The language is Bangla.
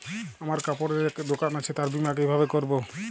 আমার কাপড়ের এক দোকান আছে তার বীমা কিভাবে করবো?